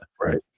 right